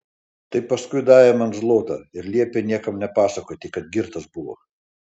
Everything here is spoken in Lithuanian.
tai paskui davė man zlotą ir liepė niekam nepasakoti kad girtas buvo